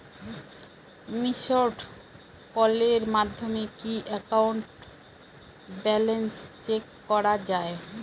Missed কলের মাধ্যমে কি একাউন্ট ব্যালেন্স চেক করা যায়?